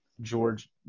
George